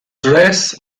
dress